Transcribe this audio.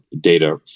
data